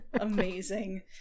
Amazing